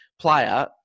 player